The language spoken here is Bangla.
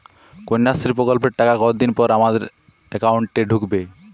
কন্যাশ্রী প্রকল্পের টাকা কতদিন পর আমার অ্যাকাউন্ট এ ঢুকবে?